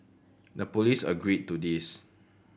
the police agreed to this